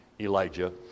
Elijah